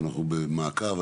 אנחנו במעקב.